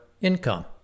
income